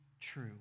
true